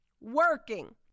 Working